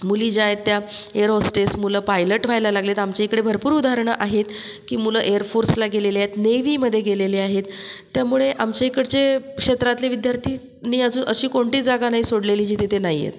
मुली ज्या आहेत त्या एअरहॉस्टेस मुलं पायलट व्हायला लागले आहेत आमच्या इकडे भरपूर उदाहरणं आहेत की मुलं एअरफोर्सला गेलेले आहेत नेव्हीमध्ये गेलेले आहेत त्यामुळे आमच्या इकडचे क्षेत्रातले विद्यार्थीनी अजून अशी कोणतीच जागा नाही सोडलेली जिथे ते नाही आहेत